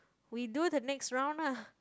we do the next round lah